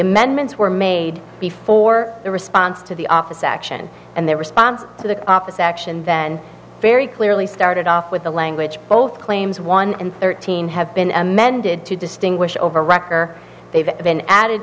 amendments were made before the response to the office action and their response to the office action then very clearly started off with the language both claims one and thirteen have been amended to distinguish over wrecker the